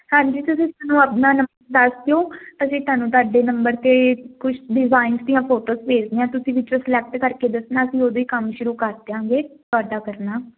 ਹਾਂਜੀ ਤੁਸੀਂ ਸਾਨੂੰ ਆਪਣਾ ਨੰਬਰ ਦੱਸ ਦਿਓ ਅਸੀਂ ਤੁਹਾਨੂੰ ਤੁਹਾਡੇ ਨੰਬਰ 'ਤੇ ਕੁਛ ਡਿਜ਼ਾਇਨ ਦੀਆਂ ਫੋਟੋਸ ਭੇਜਦੇ ਹਾਂ ਤੁਸੀਂ ਵਿੱਚੋਂ ਸਲੈਕਟ ਕਰਕੇ ਦੱਸਣਾ ਅਸੀਂ ਉਦੋਂ ਹੀ ਕੰਮ ਸ਼ੁਰੂ ਕਰ ਦਿਆਂਗੇ ਤੁਹਾਡਾ ਕਰਨਾ